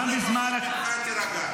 --- תירגע.